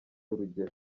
urugero